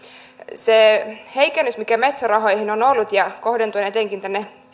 se heikennys mikä metso rahoihin on on kohdentunut ja kohdentunut etenkin tänne